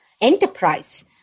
enterprise